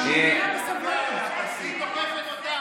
היא קיבלה רשות, והיא תוקפת אותם, לא.